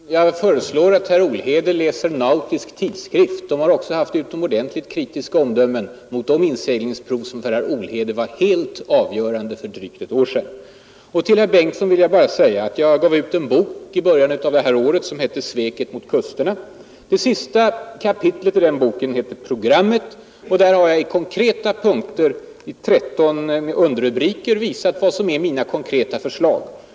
Herr talman! Jag föreslår att herr Olhede läser ”Nautisk Tidskrift”. Den har ofta haft kritiska omdömen om de inseglingsprov som för herr Olhede var ”helt avgörande” för drygt ett år sedan, Till herr Bengtsson vill jag bara säga att jag gav ut en bok i början av detta år som heter ”Sveket mot kusterna”. Sista kapitlet i den boken har rubriken ”Programmet”. Där har jag i 13 punkter visat vad som är mina konkreta förslag.